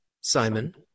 Simon